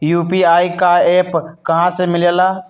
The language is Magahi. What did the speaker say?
यू.पी.आई का एप्प कहा से मिलेला?